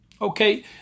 Okay